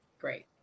Great